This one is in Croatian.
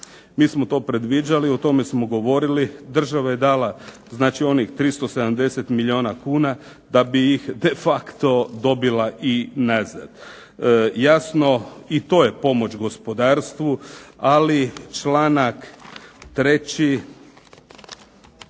Mi smo to predviđali o tome smo govorili. Država je dala onih 370 milijuna kuna da bi ih de facto dobila nazad. Jasno i to je pomoć gospodarstvu, ali članak 3.